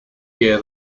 year